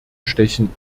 stechen